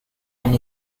and